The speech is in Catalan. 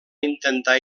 intentar